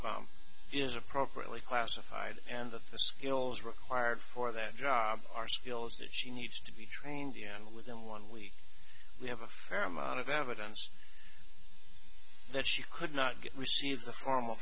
bomb is appropriately classified and that the skills required for that job are skills that she needs to be trained and within one week we have a fair amount of evidence that she could not get receive the formal